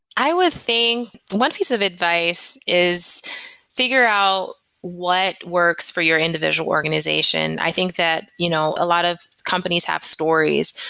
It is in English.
i would say, one piece of advice is figure out what works for your individual organization. i think that you know a lot of companies have stories.